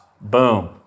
Boom